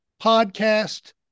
podcast